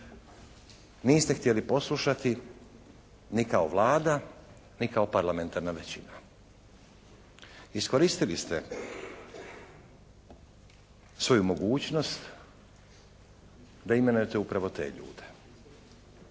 Niste htjeli poslušati ni kao Vlada ni kao parlamentarna većina. Iskoristili ste svoju mogućnost da imenujete upravo te ljude.